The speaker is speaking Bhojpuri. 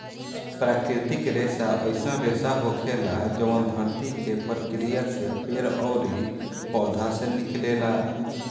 प्राकृतिक रेसा अईसन रेसा होखेला जवन धरती के प्रक्रिया से पेड़ ओरी पौधा से निकलेला